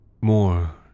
more